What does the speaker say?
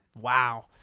Wow